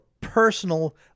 personal